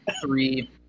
Three